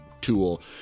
tool